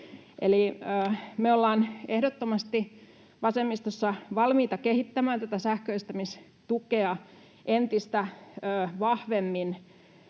ehdottomasti valmiita kehittämään tätä sähköistämistukea entistä vahvemmin